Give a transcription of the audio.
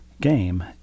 game